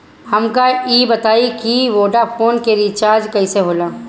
हमका ई बताई कि वोडाफोन के रिचार्ज कईसे होला?